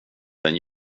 den